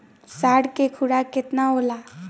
साँढ़ के खुराक केतना होला?